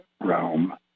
realm